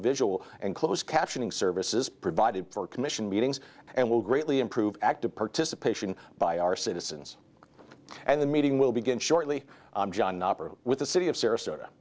visual and closed captioning services provided for commission meetings and will greatly improve active participation by our citizens and the meeting will begin shortly with the city of sarasota